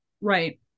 Right